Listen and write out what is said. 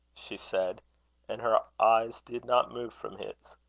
she said and her eyes did not move from his.